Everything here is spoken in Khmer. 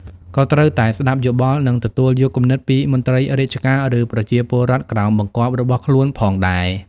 ក៏ត្រូវតែស្តាប់យោបល់ និងទទួលយកគំនិតពីមន្ត្រីរាជការ ឬប្រជាពលរដ្ឋក្រោមបង្គាប់របស់ខ្លួនផងដែរ។